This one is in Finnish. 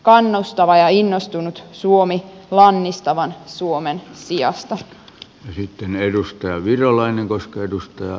kannustava ja innostunut suomi lannistavan suomen sijasta sitten edustaja virolainen koska edustaa